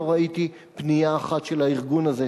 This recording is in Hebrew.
לא ראיתי פנייה אחת של הארגון הזה,